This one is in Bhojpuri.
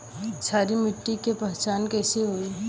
क्षारीय माटी के पहचान कैसे होई?